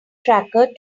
tracker